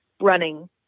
running